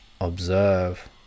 observe